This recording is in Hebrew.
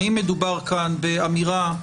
האם מדובר כאן באמירה,